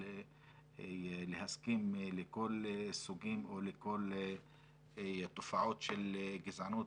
להסכים לכל סוגים או לכל תופעות של גזענות,